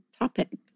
topic